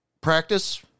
practice